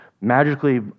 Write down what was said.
magically